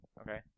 Okay